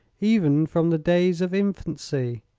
even from the days of infancy.